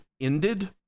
ended